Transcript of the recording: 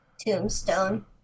Tombstone